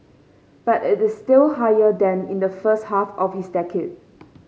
but it is still higher than in the first half of his decade